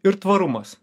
ir tvarumas